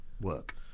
work